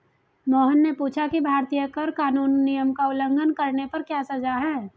मोहन ने पूछा कि भारतीय कर कानून नियम का उल्लंघन करने पर क्या सजा है?